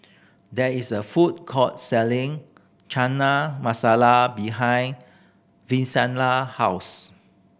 there is a food court selling Chana Masala behind Vincenza house